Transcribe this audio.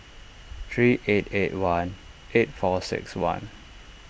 three eight eight one eight four six one